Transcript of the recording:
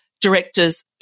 director's